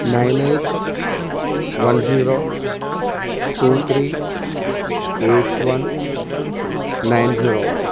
nine eight one zero two three eight one nine zero one